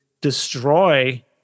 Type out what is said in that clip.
destroy